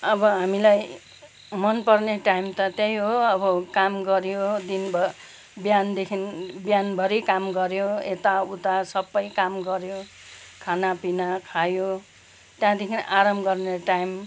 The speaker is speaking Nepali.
अब हामीलाई मनपर्ने टाइम त त्यही हो अब काम गऱ्यो दिनभर बिहानदेखि बिहानभरि काम गऱ्यो यताउता सबै काम गऱ्यो खाना पिना खायो त्यहाँदेखि आराम गर्ने टाइम